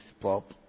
pop